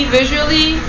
visually